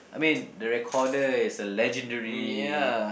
I mean the recorder is a legendary